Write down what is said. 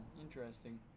interesting